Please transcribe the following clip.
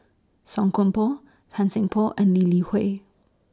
Song Koon Poh Tan Seng Poh and Lee Li Hui